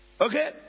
Okay